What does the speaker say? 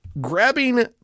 Grabbing